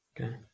Okay